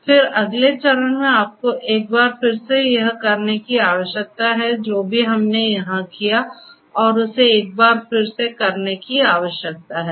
फिर अगले चरण में आपको एक बार फिर से यह करने की आवश्यकता है जो भी हमने यहां किया है उसे एक बार फिर से करने की आवश्यकता है